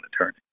attorney